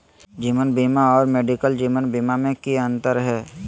जीवन बीमा और मेडिकल जीवन बीमा में की अंतर है?